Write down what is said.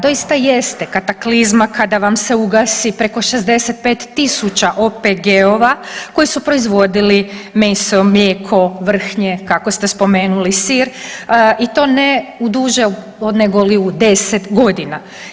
Doista jeste kataklizma kada vam se ugasi preko 65 tisuća OPG-ova koji su proizvodili meso, mlijeko, vrhnje, kako ste spomenuli, sir, i to ne u duže nego li u 10 godina.